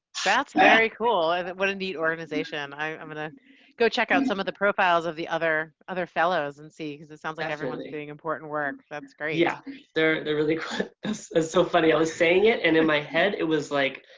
that's very cool and what a neat organization. i'm going ah go check out some of the profiles of the other other fellows and see because it sounds like everyone's doing important work that's great. yeah they're they're really ah so funny. i was saying it and in my head it was like